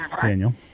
Daniel